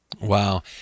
Wow